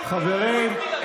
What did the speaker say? היו"ר מיקי לוי: חברים,